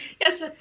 Yes